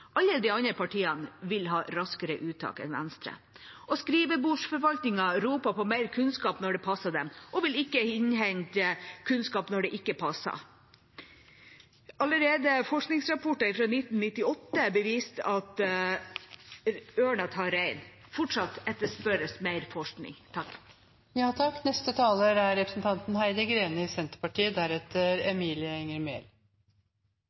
Alle de andre partiene ville ha raskere uttak enn Venstre. Skrivebordsforvaltningen roper på mer kunnskap når det passer dem, og vil ikke innhente kunnskap når det ikke passer. Allerede forskningsrapporter i 1998 beviste at ørn tar rein. Fortsatt etterspørres mer forskning.